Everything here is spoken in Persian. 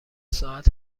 ساعت